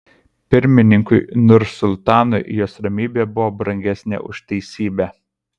pirmininkui nursultanui jos ramybė buvo brangesnė už teisybę